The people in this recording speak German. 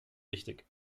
richtig